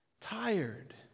tired